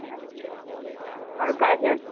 اچھا اور گاجر